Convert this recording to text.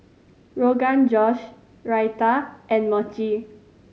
Rogan Josh Raita and Mochi